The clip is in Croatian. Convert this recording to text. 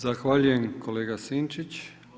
Zahvaljujem kolega Sinčić.